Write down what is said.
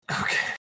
Okay